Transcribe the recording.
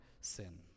sin